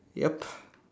ya